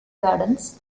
gardens